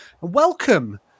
Welcome